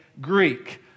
Greek